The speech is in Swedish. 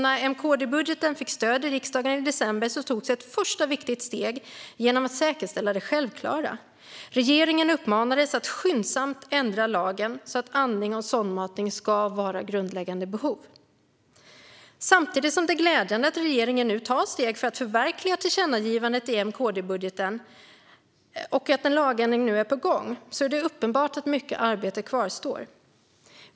När M-KD-budgeten fick stöd i riksdagen i december togs ett första viktigt steg genom att säkerställa det självklara: Regeringen uppmanades att skyndsamt ändra lagen så att andning och sondmatning ska vara grundläggande behov. Samtidigt som det är glädjande att regeringen nu tar steg för att förverkliga tillkännagivandet i M-KD-budgeten och att en lagändring nu är på gång är det uppenbart att mycket arbete kvarstår.